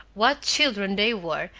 what children they were,